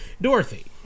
dorothy